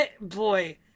boy